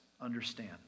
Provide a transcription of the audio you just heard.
understand